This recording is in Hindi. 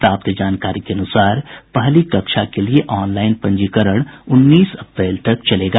प्राप्त जानकारी के अनुसार पहली कक्षा के लिए ऑनलाईन पंजीकरण उन्नीस अप्रैल तक चलेगा